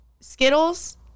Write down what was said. Skittles